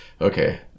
Okay